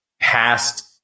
past